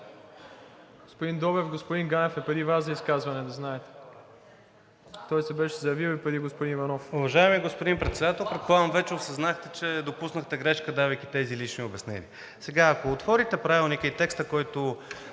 Господин Добрев, господин Ганев е преди Вас за изказване – да знаете. Той се беше заявил и преди господин Иванов. ХРИСТО ГАДЖЕВ (ГЕРБ-СДС): Уважаеми господин Председател, предполагам вече осъзнахте, че допуснахте грешка, давайки тези лични обяснения. Ако отворите Правилника и текста, който